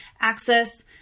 access